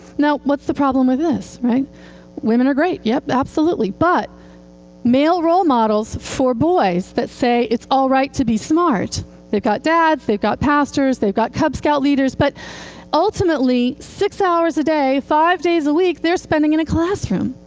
now what's the problem with this? women are great, yep, absolutely. but male role models for boys that say it's all right to be smart they've got dads, they've got pastors, they've got cub scout leaders, but ultimately, six hours a day, five days a week they're spending in a classroom,